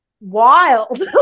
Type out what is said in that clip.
wild